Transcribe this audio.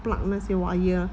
plug 那些 wire